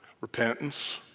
Repentance